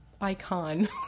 icon